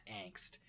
angst